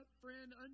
friend